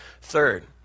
Third